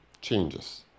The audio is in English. changes